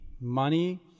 money